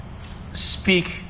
speak